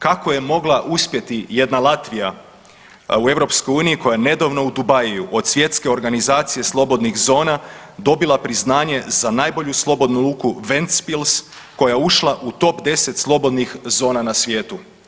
Kako je mogla uspjeti jedna Latvija u EU koja je nedavno u Dubaiu od Svjetske organizacije slobodnih zona dobila priznaje za najbolju slobodnu luku Ventspils koja je ušla u top 10 slobodnih zona na svijetu.